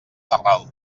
terral